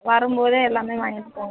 வரும் போதே எல்லாமே வாங்கிட்டு போங்க